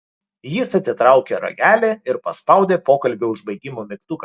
jis atitraukė ragelį ir paspaudė pokalbio užbaigimo mygtuką